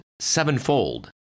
sevenfold